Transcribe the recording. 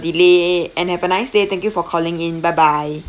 delay and have a nice day thank you for calling in bye bye